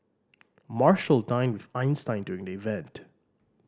marshall dined with Einstein during the event